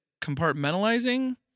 compartmentalizing